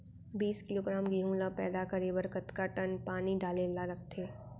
बीस किलोग्राम गेहूँ ल पैदा करे बर कतका टन पानी डाले ल लगथे?